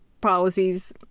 policies